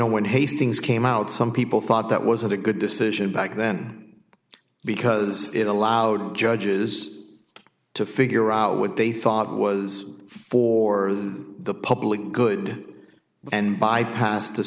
know when hastings came out some people thought that was a good decision back then because it allowed judges to figure out what they thought was for the the public good and bypassed the